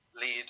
lead